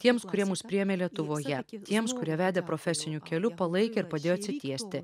tiems kurie mus priėmė lietuvoje tiems kurie vedė profesiniu keliu palaikė ir padėjo atsitiesti